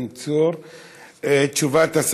תודה רבה.